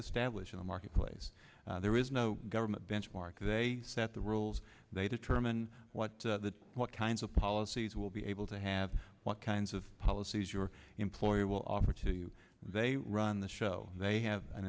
establish in the marketplace there is no government benchmark they set the rules they determine what what kinds of policies will be able to have what kinds of policies your employer will offer to you they run the show they have an